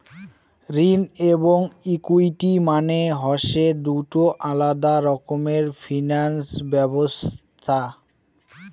ঋণ এবং ইকুইটি মানে হসে দুটো আলাদা রকমের ফিনান্স ব্যবছস্থা